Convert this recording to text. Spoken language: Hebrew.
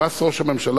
פרס ראש הממשלה,